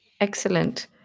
Excellent